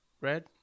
Red